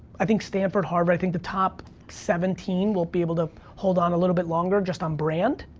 i think, stanford, harvard, i think the top seventeen will be able to hold on a little bit longer just on brand,